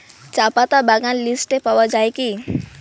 চাপাতা বাগান লিস্টে পাওয়া যায় কি?